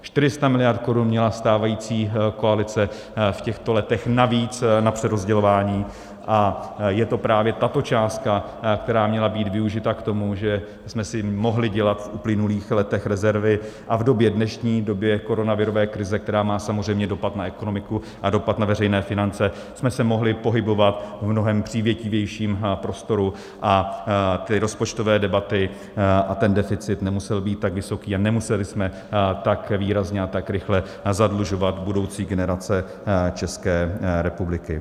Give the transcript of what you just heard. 400 miliard korun měla stávající koalice v těchto letech navíc na přerozdělování a je to právě tato částka, která měla být využita k tomu, že jsme si mohli dělat v uplynulých letech rezervy a v době dnešní koronavirové krize, která má samozřejmě dopad na ekonomiku a dopad na veřejné finance, jsme se mohli pohybovat v mnohem přívětivějším prostoru a ty rozpočtové debaty a ten deficit nemusel být tak vysoký a nemuseli jsme tak výrazně a tak rychle zadlužovat budoucí generace České republiky.